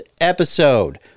episode